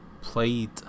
played